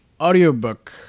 audiobook